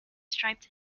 striped